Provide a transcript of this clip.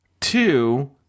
two